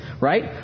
right